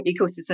ecosystem